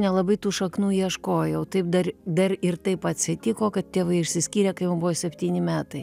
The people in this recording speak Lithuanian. nelabai tų šaknų ieškojau taip dar dar ir taip atsitiko kad tėvai išsiskyrė kai man buvo septyni metai